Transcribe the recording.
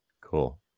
Cool